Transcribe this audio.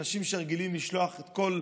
אנשים שרגילים לשלוח את כל,